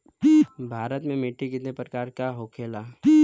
भारत में मिट्टी कितने प्रकार का होखे ला?